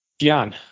Gian